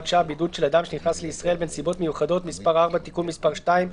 שעה)(בידוד של אדם שנכנס לישראל בנסיבות מיוחדות)(מס' 4)(תיקון מס' 2),